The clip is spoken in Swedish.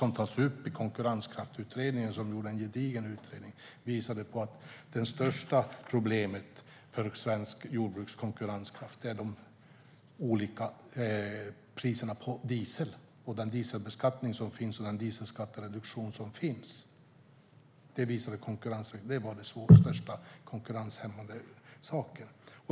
Den gedigna Konkurrenskraftsutredningen visade att det största problemet för det svenska jordbrukets konkurrenskraft är de olika priserna på diesel, den dieselbeskattning och den dieselskattereduktion som finns. Det var det som var det mest konkurrenshämmande.